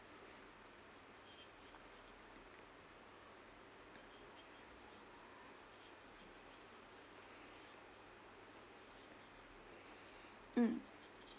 mm